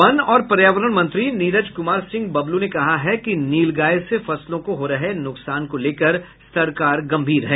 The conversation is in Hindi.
वन और पर्यावरण मंत्री नीरज कुमार सिंह बबलू ने कहा है कि नीलगाय से फसलों को हो रहे नुकसान को लेकर सरकार गंभीर है